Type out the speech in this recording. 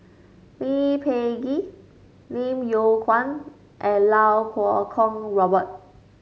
Lee Peh Gee Lim Yew Kuan and Iau Kuo Kwong Robert